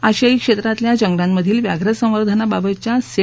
आशियाई क्षेत्रातल्या जंगलांमधील व्याप्रसंवर्धनाबाबतच्या सें